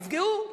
נפגעו.